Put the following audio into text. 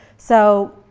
so,